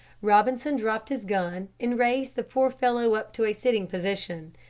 robinson dropped his gun and raised the poor fellow up to a sitting position.